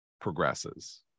progresses